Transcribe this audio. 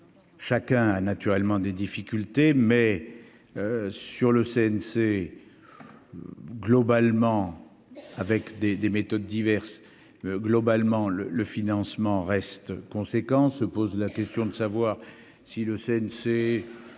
Chacun a naturellement des difficultés, mais sur le CNC globalement avec des des méthodes diverses globalement le le financement reste conséquent, se pose la question de savoir si le CNC,